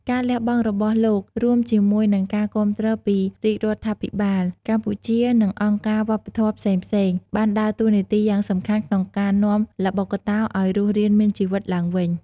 ការលះបង់របស់លោក រួមជាមួយនឹងការគាំទ្រពីរាជរដ្ឋាភិបាលកម្ពុជា និងអង្គការវប្បធម៌ផ្សេងៗ បានដើរតួនាទីយ៉ាងសំខាន់ក្នុងការនាំល្បុក្កតោឱ្យរស់រានមានជីវិតឡើងវិញ។